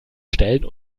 stellen